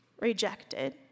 rejected